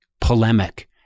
polemic